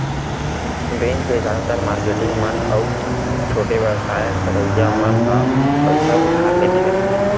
bank ले जादातर marketing मन अउ छोटे बेवसाय करइया मन ह पइसा उधार लेथे